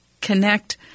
connect